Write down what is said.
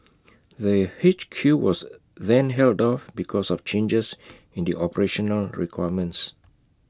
the H Q was then held off because of changes in the operational requirements